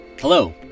Hello